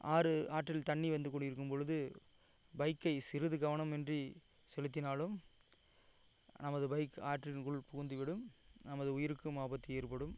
ஆறு ஆற்றில் தண்ணி வந்து கொண்டிருக்கும் பொழுது பைக்கை சிறுது கவனமின்றி செலுத்தினாலும் நமது பைக் ஆற்றிற்குள் புகுந்துவிடும் நமது உயிருக்கும் ஆபத்து ஏற்படும்